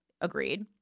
Agreed